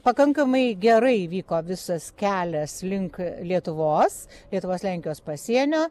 pakankamai gerai vyko visas kelias link lietuvos lietuvos lenkijos pasienio